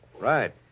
Right